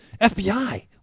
FBI